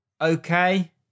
okay